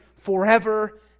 forever